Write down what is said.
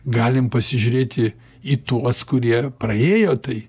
galim pasižiūrėti į tuos kurie praėjo tai